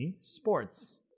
sports